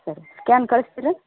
ಸರಿ ಸ್ಕ್ಯಾನ್ ಕಳಿಸ್ತೀರಾ